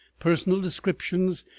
personal descriptions,